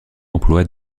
emploie